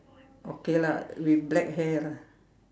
okay lah with black hair lah